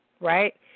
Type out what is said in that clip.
right